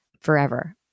forever